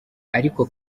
ariko